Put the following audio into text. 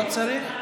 לא צריך.